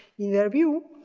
in their view,